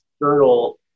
external